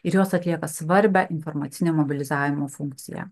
ir jos atlieka svarbią informacinę mobilizavimo funkciją